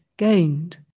gained